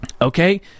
Okay